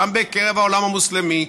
גם בקרב העולם המוסלמי.